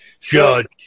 Judge